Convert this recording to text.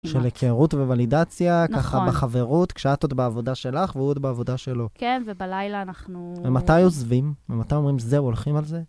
יום בהיר אחד קמתי וראיתי שזה לא סתם הסוף אלא רק ההתחלה